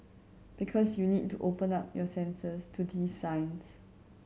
because you need to open up your senses to these signs